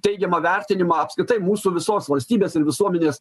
teigiamą vertinimą apskritai mūsų visos valstybės ir visuomenės